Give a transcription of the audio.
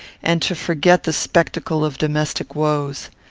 and to forget the spectacle of domestic woes.